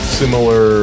similar